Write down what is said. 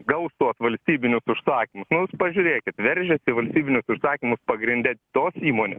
gaus tuos valstybinius užsakymus nu jūs pažiūrėkit veržias į valstybinius užsakymus pagrinde tos įmonės